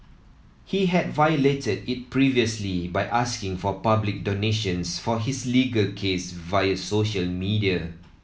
he had violated it previously by asking for public donations for his legal case via social media